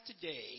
today